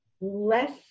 less